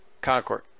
Concord